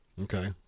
Okay